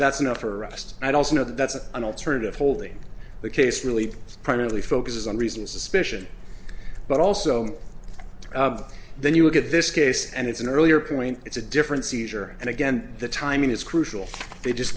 that's enough or just i don't know that's an alternative holding the case really primarily focuses on reason suspicion but also then you look at this case and it's an earlier point it's a different seizure and again the timing is crucial they just